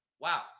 Wow